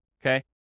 okay